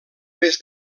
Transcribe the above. més